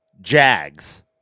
Jags